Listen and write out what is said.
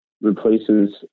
replaces